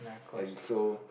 and so